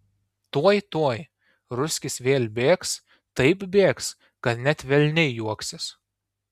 tuoj tuoj ruskis vėl bėgs taip bėgs kad net velniai juoksis